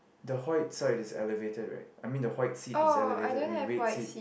the white side is elevated right I mean the white seat is elevated and the red seat